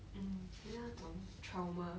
mm 很想那种 trauma